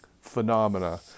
phenomena